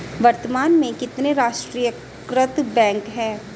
वर्तमान में कितने राष्ट्रीयकृत बैंक है?